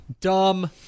Dumb